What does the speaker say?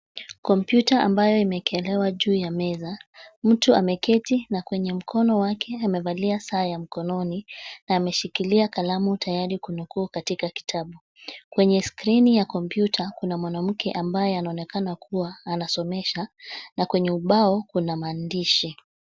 Kompyuta ambayo imeekelewa juu ya meza, mtu ameketi na kwenye mkono wake amevalia saa ya mkononi, ameshikilia kalamu tayari kunukuu katika kitabu, kwenye skrini ya kompyuta kuna mwanamke ambaye anaonekana kuwa anasomesha, na kwenye ubao kuna maandishi.